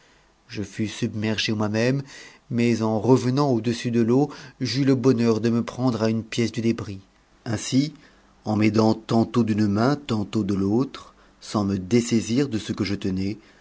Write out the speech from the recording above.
je fus submergé moi-même mais en revenant au-dessus t e l'eau j'eus le bonheur de me prendre à une pièce du débris ainsi ça m'aidant tantôt d'une main tantôt de l'autre sans me dessaisir de ce que je tenais